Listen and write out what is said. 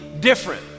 different